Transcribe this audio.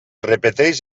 repeteix